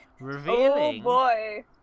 revealing